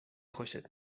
خوشت